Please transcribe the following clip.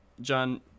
John